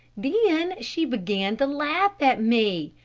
then she began to laugh at me.